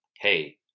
Hey